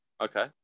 Okay